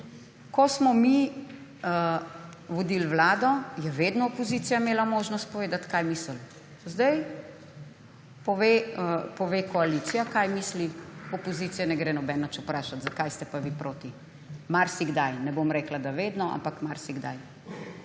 Ko smo mi vodili vlado, je vedno opozicija imela možnost povedati, kaj misli. Zdaj pove koalicija, kaj misli, opozicije ne gre nihče nič vprašat, zakaj ste pa vi proti. Marsikdaj, ne bom rekla, da vedno, ampak marsikdaj.